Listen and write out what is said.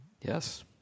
Yes